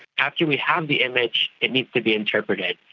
after we have the image it needs to be interpreted.